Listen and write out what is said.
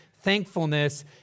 thankfulness